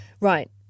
right